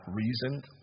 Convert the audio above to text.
reasoned